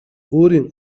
өөрийн